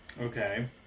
Okay